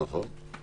נכון.